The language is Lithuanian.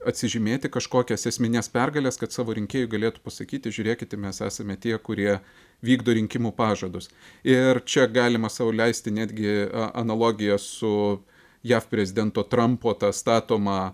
atsižymėti kažkokias esmines pergales kad savo rinkėjui galėtų pasakyti žiūrėkite mes esame tie kurie vykdo rinkimų pažadus ir čia galima sau leisti netgi analogiją su jav prezidento trampo ta statoma